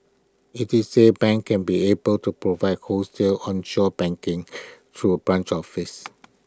IT is say banks can be able to provide wholesale onshore banking through A branch office